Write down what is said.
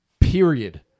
period